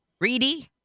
Reedy